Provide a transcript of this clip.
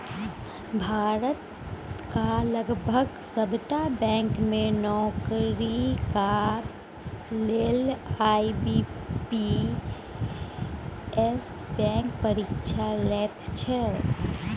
भारतक लगभग सभटा बैंक मे नौकरीक लेल आई.बी.पी.एस बैंक परीक्षा लैत छै